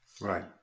Right